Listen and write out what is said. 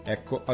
Ecco